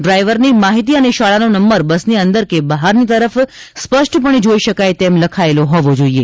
ડ્રાઈવરની માહિતી અને શાળાનો નંબર બસની અંદર કે બહારની તરફ સ્પષ્ટપણે જોઈ શકાય તેમ લખાયેલો હોવો જોઈએ